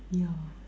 yeah